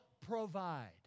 provide